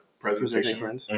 presentation